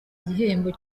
igihembo